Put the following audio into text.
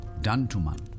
Dantuman